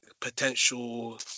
potential